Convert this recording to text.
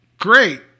great